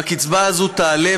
והקצבה הזאת תעלה.